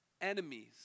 enemies